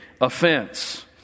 offense